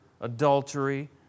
adultery